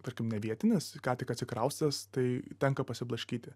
tarkim ne vietinis ką tik atsikraustęs tai tenka pasiblaškyti